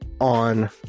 on